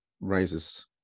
raises